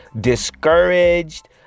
discouraged